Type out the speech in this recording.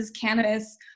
cannabis